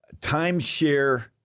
timeshare